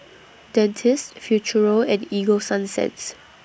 Dentiste Futuro and Ego Sunsense